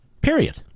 Period